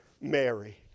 Mary